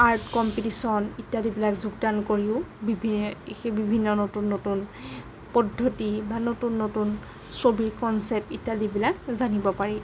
art competition ইত্যাদিবিলাক যোগদান কৰিও বিভি বিভিন্ন নতুন নতুন পদ্ধতি বা নতুন নতুন ছবি কণচেপ্ট ইত্যাদিবিলাক জানিব পাৰি